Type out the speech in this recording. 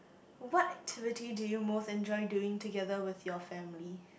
what activity do you most enjoy doing together with your family